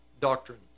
doctrine